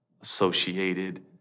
associated